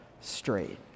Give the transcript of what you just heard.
straight